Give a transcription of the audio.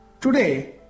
Today